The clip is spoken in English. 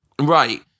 Right